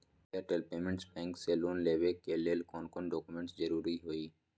Airtel payments bank से loan लेवे के ले कौन कौन डॉक्यूमेंट जरुरी होइ?